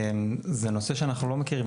זה נושא שאנחנו לא מכירים.